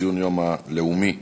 ציון היום הלאומי למדע.